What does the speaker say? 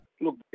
Look